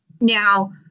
now